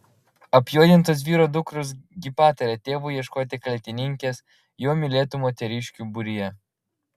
apjuodintos vyro dukros gi pataria tėvui ieškoti kaltininkės jo mylėtų moteriškių būryje